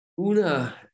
Una